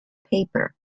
paper